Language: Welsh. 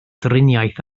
driniaeth